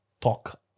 talk